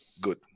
good